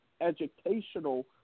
educational